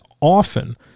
often